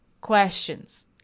questions